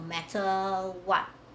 matter what